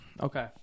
Okay